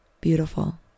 Beautiful